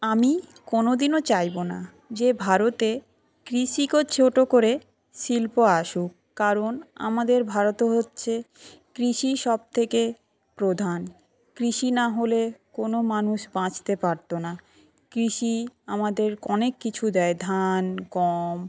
আমি কোনোদিনও চাইবো না যে ভারতে কৃষিকে ছোট করে শিল্প আসুক কারণ আমাদের ভারতে হচ্ছে কৃষি সবথেকে প্রধান কৃষি না হলে কোনো মানুষ বাঁচতে পারতো না কৃষি আমাদের অনেক কিছু দেই ধান গম